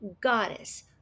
Goddess